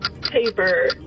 Paper